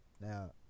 Now